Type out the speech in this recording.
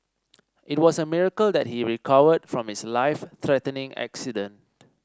it was a miracle that he recovered from his life threatening accident